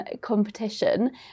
competition